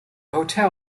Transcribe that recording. hotel